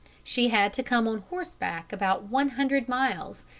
she had to come on horseback about one hundred miles,